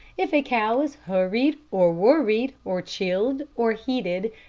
if a cow is hurried or worried, or chilled or heated,